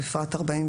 בפרט 44